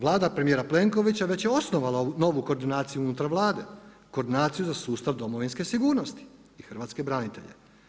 Vlada premijera Plenkovića već je osnovala novu koordinaciju unutar Vlade, Koordinaciju za sustav domovinske sigurnosti i hrvatske branitelje.